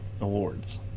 awards